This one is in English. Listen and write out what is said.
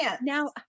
Now